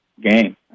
game